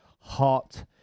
hot